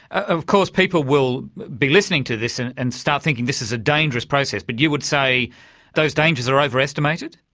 of course people will be listening to this and start thinking this is a dangerous process, but you would say those dangers are overestimated?